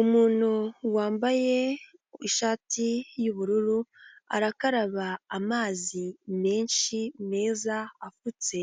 Umuntu wambaye ishati y'ubururu arakaraba amazi menshi meza afutse